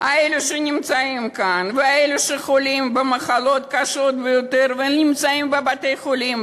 אלה שנמצאים כאן ואלה שחולים במחלות קשות ביותר ונמצאים בבתי-חולים,